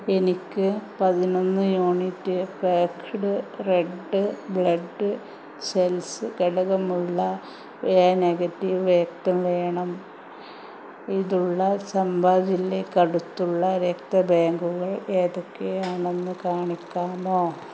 എനിക്ക് പതിനൊന്ന് unit packed red blood cells ഘടകമുള്ള എ നെഗറ്റീവ് രക്തം വേണം ഇതുള്ള ചമ്പ ജില്ലയ്ക്ക് അടുത്തുള്ള രക്തബാങ്കുകൾ ഏതൊക്കെയാണെന്ന് കാണിക്കാമോ